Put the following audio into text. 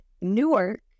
newark